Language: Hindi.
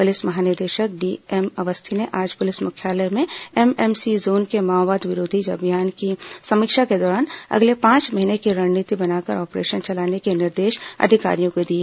पुलिस महानिदेशक डीएम अवस्थी ने आज पुलिस मुख्यालय में एमएमसी जोन के माओवाद विरोधी अभियान की समीक्षा के दौरान अगले पांच महीने की रणनीति बनाकर ऑपरेशन चलाने के निर्देश अधिकारियों को दिए